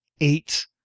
eight